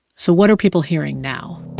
so what are people hearing now?